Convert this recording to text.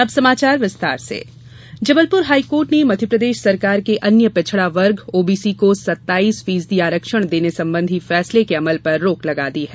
अब समाचार विस्तार से हाईकोर्ट आरक्षण जबलपुर हाईकोर्ट ने मध्यप्रदेश सरकार के अन्य पिछड़ा वर्ग ओबीसी को सत्ताइस फीसदी आरक्षण देने संबंधी फैसले के अमल पर रोक लगा दी है